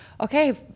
okay